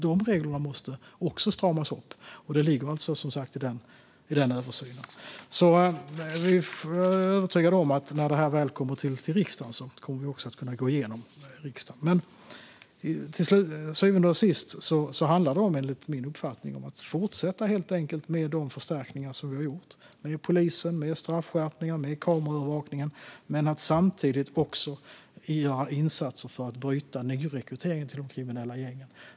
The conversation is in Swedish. De reglerna måste också stramas upp, och det ligger som sagt med i översynen. När detta väl kommer till riksdagen är jag övertygad om att det kommer att kunna gå igenom. Till syvende och sist handlar det enligt min uppfattning om att helt enkelt fortsätta med de förstärkningar vi har gjort - med polisen, straffskärpningar och kameraövervakning - men samtidigt också göra insatser för att bryta nyrekryteringen till de kriminella gängen.